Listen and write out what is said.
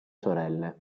sorelle